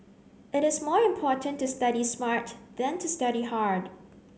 it is more important to study smart than to study hard